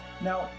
Now